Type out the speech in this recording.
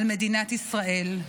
על מדינת ישראל.